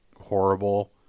horrible